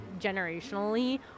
generationally